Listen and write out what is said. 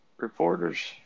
reporter's